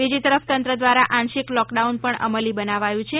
બીજી તરફ તંત્ર દ્વારા આંશિક લોકડાઉન પણ અમલી બનાવાયું છે